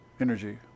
energy